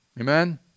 Amen